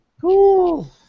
Cool